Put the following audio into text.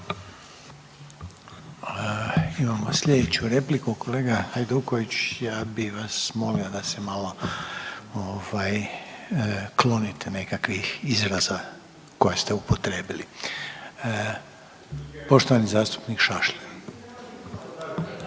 Imamo slijedeću repliku, kolega Hajduković, ja bi vas molio da se malo ovaj klonite nekakvih izraza koje ste upotrijebili. Poštovani zastupnik Šašlin.